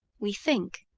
we think,